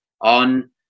on